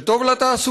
זה טוב לתעסוקה,